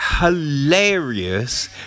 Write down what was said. hilarious